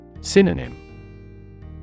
Synonym